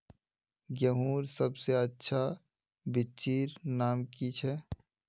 गेहूँर सबसे अच्छा बिच्चीर नाम की छे?